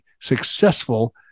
successful